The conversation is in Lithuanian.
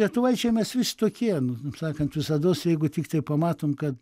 lietuvaičiai mes visi tokie sakant visados jeigu tiktai pamatom kad